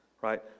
right